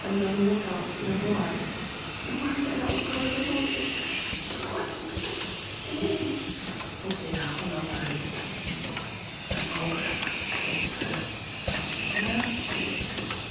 an seine mutter und ihr wort wenn du mal in einer ungeheuren not bist dann schreie zu gott und du wirst ihn sehen muß er unaufhörlich denken sein auge starrt ins dunkel seine seele betet